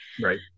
Right